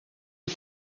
ich